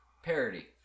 parody